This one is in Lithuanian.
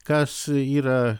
kas yra